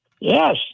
yes